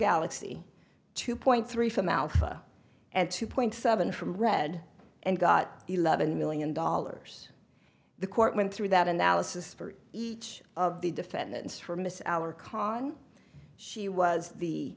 galaxy two point three from mouth and two point seven from red and got eleven million dollars the court went through that analysis for each of the defendants for miss our con she was the